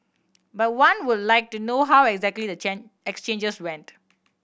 but one would like to know how exactly the exchanges went